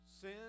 sin